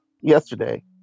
yesterday